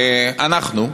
אנחנו,